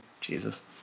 Jesus